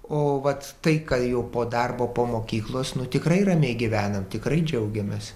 o vat tai ką jau po darbo po mokyklos nu tikrai ramiai gyvenam tikrai džiaugiamės